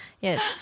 yes